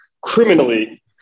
criminally